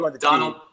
Donald